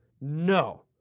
No